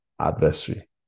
adversary